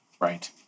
Right